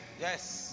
Yes